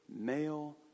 male